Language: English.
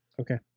Okay